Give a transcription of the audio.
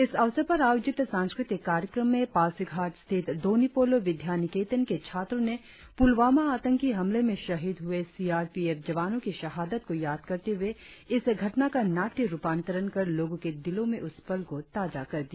इस अवसर पर आयोजित सांस्कृतिक कार्यक्रम में पासीघाट स्थित दोनी पोलो विद्या निकेतन के छात्रों ने पुलवामा आतंकी हमले में शहीद हुए सीआरपीएफ जवानों की शहादत को याद करते हुए इस घटना का नाट्य रुपांतरण कर लोगों के दिलों में उस पल को ताजा कर दिया